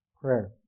prayer